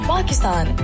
Pakistan